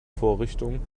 vorrichtung